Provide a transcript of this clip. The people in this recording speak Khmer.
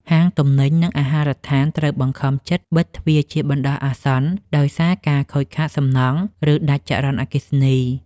ហាងទំនិញ និងអាហារដ្ឋានត្រូវបង្ខំចិត្តបិទទ្វារជាបណ្តោះអាសន្នដោយសារការខូចខាតសំណង់ ឬដាច់ចរន្តអគ្គិសនី។